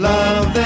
Love